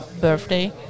birthday